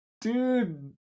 dude